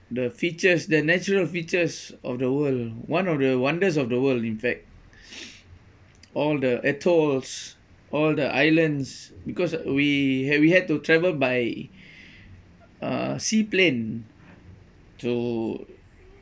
the features the natural features of the world one of the wonders of the world in fact all the atolls all the islands because we had we had to travel by uh sea plane to